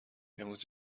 امروز